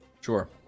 Sure